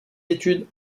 études